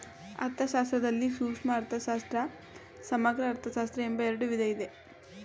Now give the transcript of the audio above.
ಅರ್ಥಶಾಸ್ತ್ರದಲ್ಲಿ ಸೂಕ್ಷ್ಮ ಅರ್ಥಶಾಸ್ತ್ರ, ಸಮಗ್ರ ಅರ್ಥಶಾಸ್ತ್ರ ಎಂಬ ಎರಡು ವಿಧ ಇದೆ